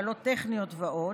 תקלות טכניות ועוד,